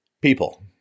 people